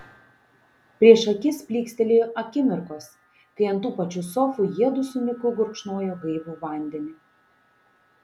prieš akis plykstelėjo akimirkos kai ant tų pačių sofų jiedu su niku gurkšnojo gaivų vandenį